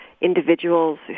individuals